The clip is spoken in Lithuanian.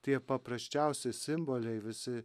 tie paprasčiausia simboliai visi